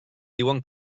diuen